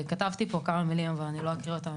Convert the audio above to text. כתבתי פה כמה מילים אבל אני לא אקריא אותן,